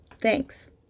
Thanks